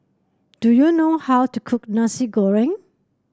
do you know how to cook Nasi Goreng